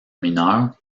mineur